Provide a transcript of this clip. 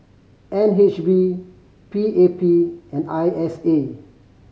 N H B P A P and I S A